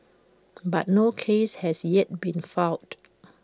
but no case has yet been filed